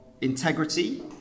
integrity